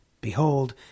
Behold